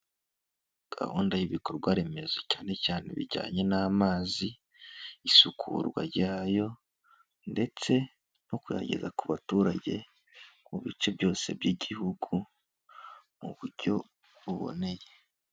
Gahunda y'ibikorwa remezo cyane cyane ibijyanye n'amazi, isukurwa ryayo ndetse no kuyageza ku baturage mu bice byose by'Igihugu, mu buryo buboneye.